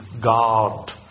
God